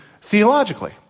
theologically